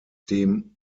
dem